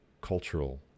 cultural